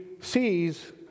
sees